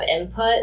input